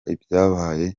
ibyabaye